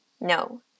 no